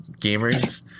gamers